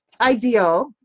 ideal